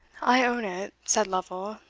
i own it, said lovel,